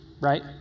right